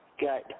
got